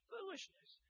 Foolishness